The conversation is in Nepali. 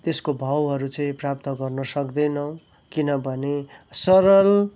त्यसको भाउहरू चाहिँ प्राप्त गर्न सक्दैनौँ किनभने सरल